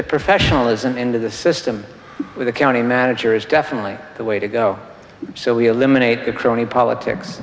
the professionalism into the system with a county manager is definitely the way to go so we eliminate the crony politics